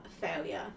failure